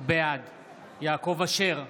בעד יעקב אשר,